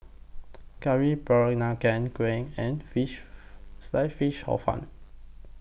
Curry Peranakan Kueh and Fish Sliced Fish Hor Fun